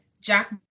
Jack